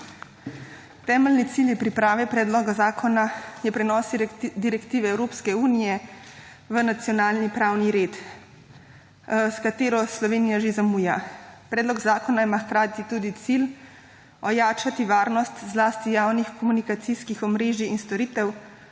Temeljni cilji priprave predloga zakona je prenos direktive Evropske unije v nacionalni pravni red, s katero Slovenija že zamuja. Predlog zakona ima hkrati tudi cilj ojačati varnost, zlasti javnih komunikacijskih omrežij in storitev,